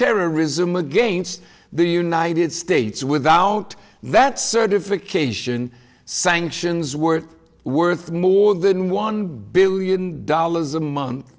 terrorism against the united states without that certification sanctions were worth more than one billion dollars a month